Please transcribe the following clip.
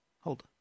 hold